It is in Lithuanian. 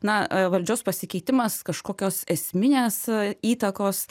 na valdžios pasikeitimas kažkokios esminės įtakos